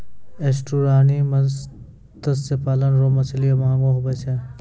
estuarine मत्स्य पालन रो मछली महगो हुवै छै